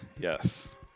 Yes